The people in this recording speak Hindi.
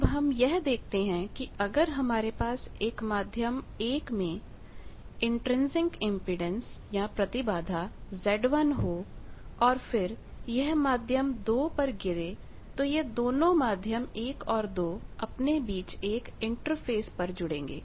अब हम यह देखते हैं कि अगर हमारे पास एक माध्यम 1 में इन्ट्रिंसिक इम्पीडेन्स Z1 हो और फिर यह माध्यम 2 पर गिरे तो यह दोनों माध्यम 1और 2 अपने बीच एक इंटरफेस पर जुड़ेंगे